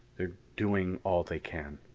they're doing all they can.